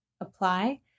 apply